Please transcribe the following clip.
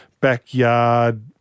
backyard